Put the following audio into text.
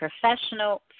professional